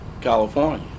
California